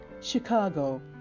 Chicago